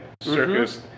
circus